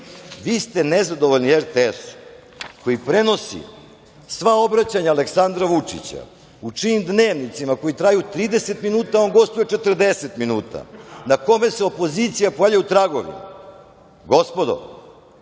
ste nezadovoljni RTS-om koji prenosi sva obraćanja Aleksandra Vučića u čijim dnevnicima koji traju 30 minuta on gostuje 40 minuta, na kome se opozicija pojavljuje u tragovima. Gospodo,